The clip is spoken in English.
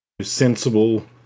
sensible